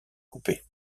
coupées